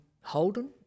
Holden